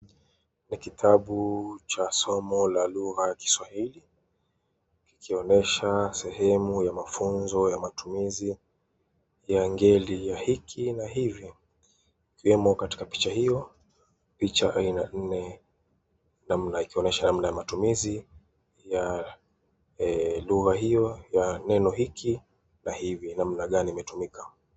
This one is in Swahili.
Ni kitabu cha somo cha lugha ya kiswahili ikionyesha sehemu ya mafunzo ya matumizi ya ngeli ya hiki na hivi. Ikiwemo katika picha hiyo , picha aina nne ikionyesha namna ya matumizi ya lugha hiyo ya neno hiki na hivi namna gani imetumika.